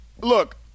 look